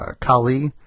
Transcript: Kali